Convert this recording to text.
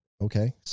okay